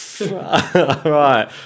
Right